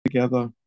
Together